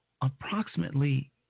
approximately